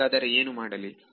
ಹಾಗಾದರೆ ಏನು ಮಾಡಲಿ